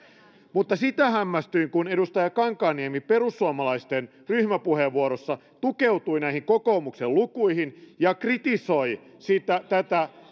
mutta sitä hämmästyin kun edustaja kankaanniemi perussuomalaisten ryhmäpuheenvuorossa tukeutui näihin kokoomuksen lukuihin ja kritisoi tätä